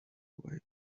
away